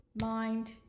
mind